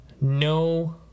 no